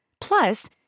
Plus